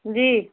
जी